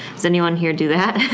does anyone here do that?